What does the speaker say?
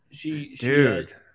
dude